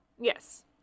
Yes